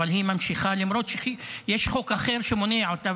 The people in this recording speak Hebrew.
אבל היא נמשכת למרות שיש חוק אחר שמונע אותה,